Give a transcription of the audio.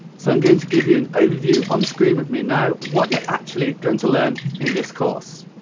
so i'm going to give you an overview on screen with me now what you're actually going to learn in this course.